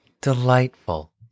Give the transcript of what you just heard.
Delightful